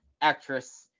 actress